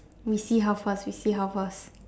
we see how first we see how first